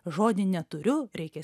žodį neturiu reikia